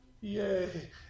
Yay